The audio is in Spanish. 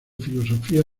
filosofía